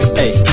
hey